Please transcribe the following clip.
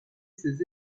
ses